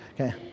Okay